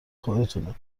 خودتونه